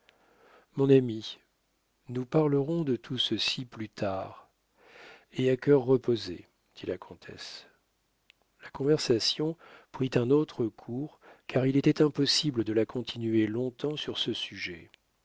mon ami nous parlerons de tout ceci plus tard et à cœur reposé dit la comtesse la conversation prit un autre cours car il était impossible de la continuer long-temps sur ce sujet